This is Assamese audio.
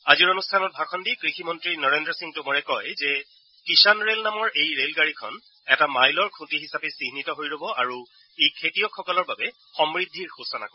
আজিৰ অনুষ্ঠানত ভাষন দি কৃষিমন্ত্ৰী নৰেন্দ্ৰ সিং টোমৰে কয় যে কিষান ৰে'ল নামৰ এই ৰেল গাড়ীখন এটা মাইলৰ খুটি হিচাপে চিহ্নিত হৈ ৰ'ব আৰু ই খেতিয়কসকলৰ বাবে সমূদ্ধিৰ সূচনা কৰিব